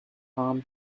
harm